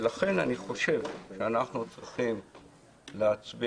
ולכן אני חושב שאנחנו צריכים להצביע